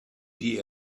die